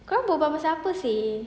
korang berbual pasal apa seh